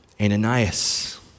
Ananias